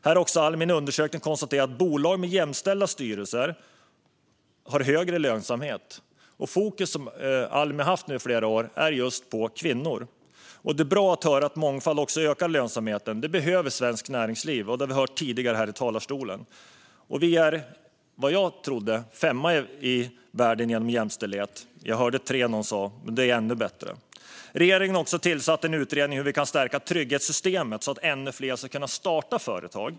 Almi har i en undersökning konstaterat att bolag med jämställda styrelser har högre lönsamhet. Almi har i flera år haft fokus på just kvinnor, och det är bra att höra att mångfald ökar lönsamheten, vilket vi har hört tidigare i talarstolen. Det behöver svenskt näringsliv. Jag trodde att vi låg femma i världen när det gäller jämställdhet, men jag hörde någon säga att vi är trea. Det är ännu bättre. Regeringen har också tillsatt en utredning om hur vi kan stärka trygghetssystemet så att ännu fler ska kunna starta företag.